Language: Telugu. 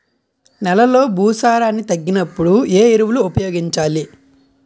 నెలలో భూసారాన్ని తగ్గినప్పుడు, ఏ ఎరువులు ఉపయోగించాలి?